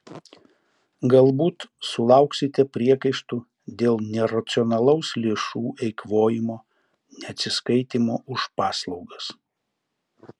galbūt sulauksite priekaištų dėl neracionalaus lėšų eikvojimo neatsiskaitymo už paslaugas